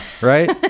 Right